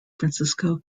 francisco